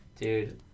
Dude